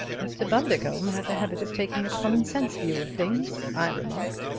mr. bundercombe has a habit of taking a common-sense view of things, i remarked.